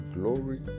glory